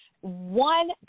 One